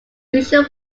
usual